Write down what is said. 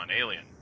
Alien